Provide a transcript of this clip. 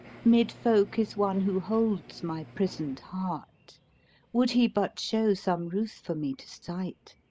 mid folk is one who holds my prisoned heart would he but show some ruth for me to sight.